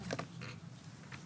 חברתית.